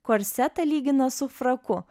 korsetą lygina su fraku